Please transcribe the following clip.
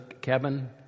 cabin